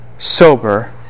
sober